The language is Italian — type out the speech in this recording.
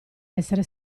essere